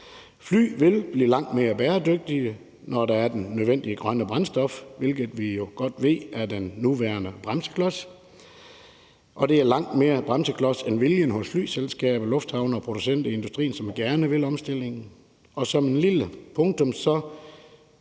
Fly vil blive langt mere bæredygtige, når der er det nødvendige grønne brændstof, hvilket vi jo godt ved er den nuværende bremseklods, og det er langt mere en bremseklods end viljen hos flyselskaber, lufthavne og producenter i industrien, som gerne vil omstillingen. Og som et lille punktum